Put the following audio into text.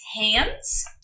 hands